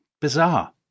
bizarre